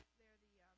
they're the